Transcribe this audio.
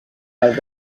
del